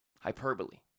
hyperbole